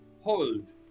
hold